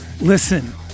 listen